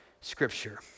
scripture